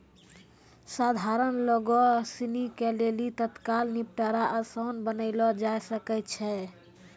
सधारण लोगो सिनी के लेली तत्काल निपटारा असान बनैलो जाय सकै छै